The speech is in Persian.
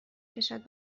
کشد